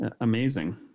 amazing